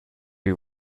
you